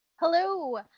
Hello